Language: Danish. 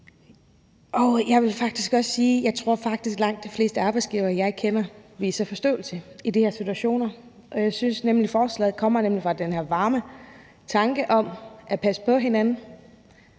tror, at langt de fleste arbejdsgivere, jeg kender, viser forståelse i de her situationer. Jeg synes, at forslaget er baseret på den her varme tanke om at passe på hinanden,